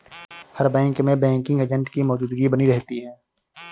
हर bank में banking agent की मौजूदगी बनी रहती है